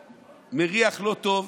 מריח לא טוב,